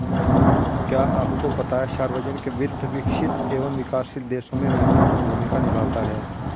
क्या आपको पता है सार्वजनिक वित्त, विकसित एवं विकासशील देशों में महत्वपूर्ण भूमिका निभाता है?